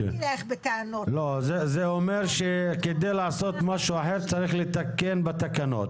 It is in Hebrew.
זה אומר שכדי לעשות משהו אחר צריך לתקן בתקנות.